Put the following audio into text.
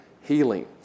healing